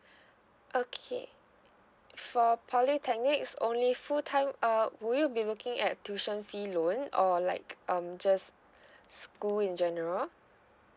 okay for polytechnics only full time err would you be looking at tuition fee loan or like um just school in general